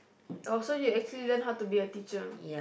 oh so you actually learn how to be a teacher